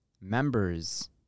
members